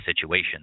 situation